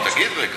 תגיב רגע.